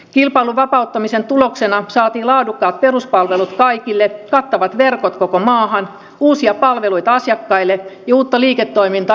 kilpailun vapauttamisen tuloksena saatiin laadukkaat peruspalvelut kaikille kattavat verkot koko maahan uusia palveluita asiakkaille ja uutta liiketoimintaa elinkeinoelämälle